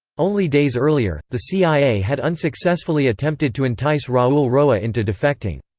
only days earlier, the cia had unsuccessfully attempted to entice raul roa into defecting.